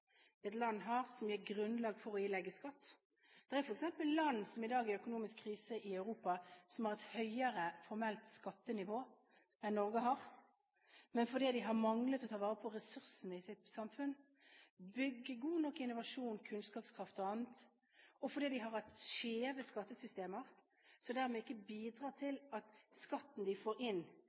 et land har, som gir grunnlag for å ilegge skatt. Det er f.eks. land som i dag er i økonomisk krise i Europa, som har hatt et høyere formelt skattenivå enn Norge har, men fordi de har unnlatt å ta vare på ressursene i sitt samfunn – bl.a. bygge god nok innovasjon, kunnskapskraft – og fordi de har hatt skjeve skattesystemer, som gjør at de ikke får inn